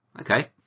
Okay